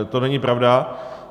To není pravda.